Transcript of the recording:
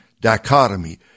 dichotomy